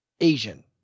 Asian